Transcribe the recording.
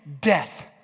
death